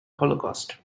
holocaust